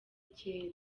kera